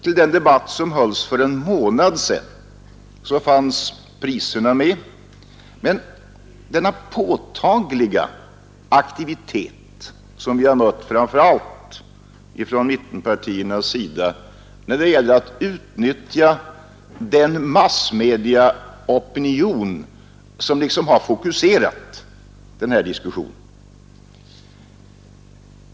I den debatt som hölls för en månad sedan togs priserna upp, men det är den påtagliga aktiviteten framför allt från mittenpartiernas sida när det gällt att utnyttja massmediaopinionen som liksom har fokuserat den här diskussionen.